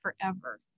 forever